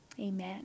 amen